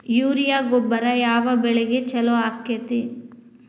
Urea ಗೊಬ್ಬರ ಯಾವ ಬೆಳಿಗೆ ಛಲೋ ಆಕ್ಕೆತಿ?